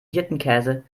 hirtenkäse